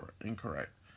incorrect